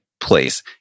Place